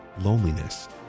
loneliness